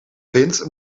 vindt